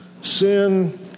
Sin